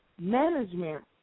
Management